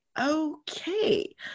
okay